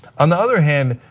on the other hand,